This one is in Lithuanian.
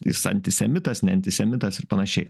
jis antisemitas neantisemitas ir panašiai